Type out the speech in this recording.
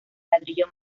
ladrillo